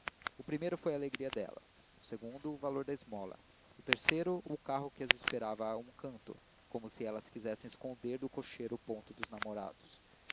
o primeiro foi a alegria delas o segundo o valor da esmola o terceiro o carro que as esperava a um canto como se elas quisessem esconder do cocheiro o ponto dos namorados